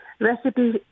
recipe